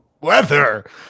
weather